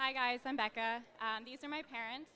hi guys i'm back at my parents